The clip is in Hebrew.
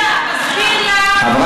תראי,